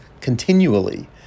continually